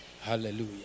hallelujah